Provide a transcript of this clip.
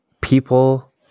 people